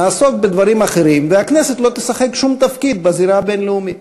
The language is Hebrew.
נעסוק בדברים אחרים והכנסת לא תשחק שום תפקיד בזירה הבין-לאומית.